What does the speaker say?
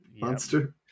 monster